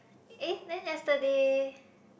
eh then yesterday